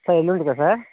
sir ఎల్లుండి sir